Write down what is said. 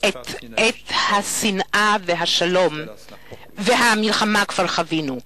את עת השנאה והמלחמה כבר חווינו.